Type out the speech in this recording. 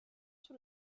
sous